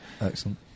Excellent